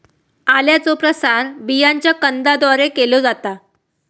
आल्याचो प्रसार बियांच्या कंदाद्वारे केलो जाता